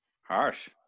Harsh